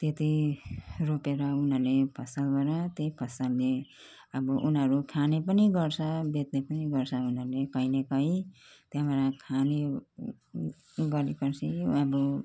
त्यति रोपेर उनीहरूले फसलबाट त्यही फसलले अब उनीहरू खाने पनि गर्छ बेच्ने पनि गर्छ उनीहरूले कहिलेकाहीँ त्यहाँबाट खाने गरेपछि अब